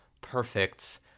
perfect